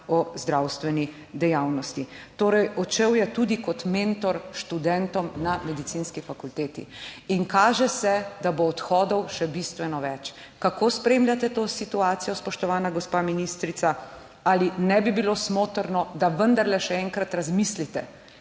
o zdravstveni dejavnosti. Odšel je torej tudi kot mentor študentom na Medicinski fakulteti. In kaže se, da bo odhodov še bistveno več. Kako spremljate to situacijo, spoštovana gospa ministrica? Zanima me torej: Ali ne bi bilo smotrno, da vendarle še enkrat razmislite